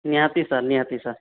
ନିହାତି ସାର୍ ନିହାତି ସାର୍